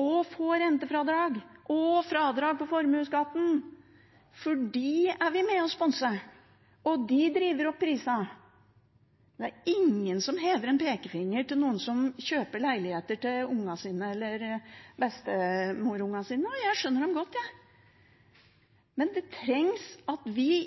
og få rentefradrag og fradrag på formuesskatten. Dem er vi med på å sponse, og de driver opp prisene. Det er ingen som hever en pekefinger til noen som kjøper en leilighet til ungene sine eller barnebarna sine, og jeg skjønner dem godt. Men det trengs at vi